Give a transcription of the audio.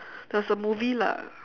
there was a movie lah